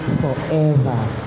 forever